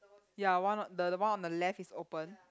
ya one the one on the left is open